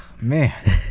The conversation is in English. man